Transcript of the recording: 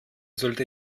sollte